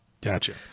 Gotcha